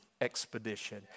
expedition